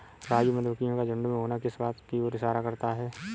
राजू मधुमक्खियों का झुंड में होना किस बात की ओर इशारा करता है?